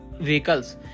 vehicles